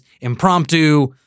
impromptu